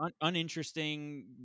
uninteresting